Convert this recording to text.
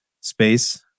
space